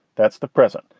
that's the present.